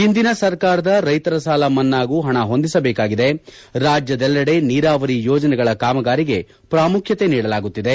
ಹಿಂದಿನ ಸರ್ಕಾರದ ರೈತರ ಸಾಲ ಮನ್ನಾಗೂ ಪಣ ಹೊಂದಿಸಬೇಕಾಗಿದೆ ರಾಜ್ಯದೆಲ್ಲಡೆ ನೀರಾವರಿ ಯೋಜನೆಗಳ ಕಾಮಗಾರಿಗೆ ಪ್ರಾಮುಖ್ಯತೆ ನೀಡಲಾಗುತ್ತಿದೆ